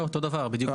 זה אותו דבר בדיוק.